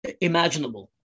imaginable